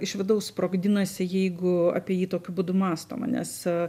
iš vidaus sprogdinasi jeigu apie jį tokiu būdu mąstoma nes a